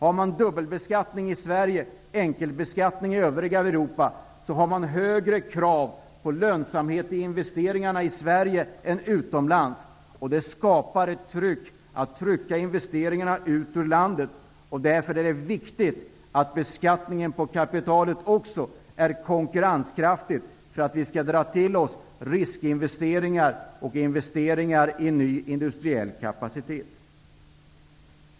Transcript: Är det dubbelbeskattning i Sverige och enkelbeskattning i övriga Europa ställs det högre krav på lönsamheten i investeringarna i Sverige än utomlands. Det skapar ett tryck att föra investeringarna ut ur landet. Därför är det viktigt att beskattningen på kapitalet också är konkurrenskraftig för att vi skall kunna dra till oss riskinvesteringar och investeringar i ny industriell kapacitet.